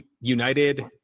United